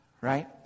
Right